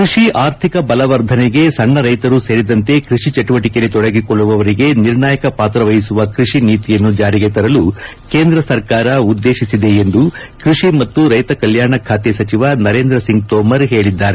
ಕೃಷಿ ಆರ್ಥಿಕ ಬಲವರ್ಧನೆಗೆ ಸಣ್ಣ ರೈತರೂ ಸೇರಿದಂತೆ ಕೃಷಿ ಚಟುವಟಿಕೆಯಲ್ಲಿ ತೊಡಗಿಕೊಳ್ಳುವವರಿಗೆ ನಿರ್ಣಾಯಕ ಪಾತ್ರ ವಹಿಸುವ ಕೃಷಿ ನೀತಿಯನ್ನು ಜಾರಿಗೆ ತರಲು ಕೇಂದ್ರ ಸರ್ಕಾರ ಉದ್ದೇಶಿಸಿದೆ ಎಂದು ಕೃಷಿ ಮತ್ತು ರೈತ ಕಲ್ಕಾಣ ಖಾತೆ ಸಚಿವ ನರೇಂದ್ರ ಸಿಂಗ್ ತೋಮರ್ ಹೇಳಿದ್ದಾರೆ